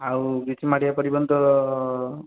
ଆଉ କିଛି ମାରିବାକୁ ପଡ଼ିବନି ତ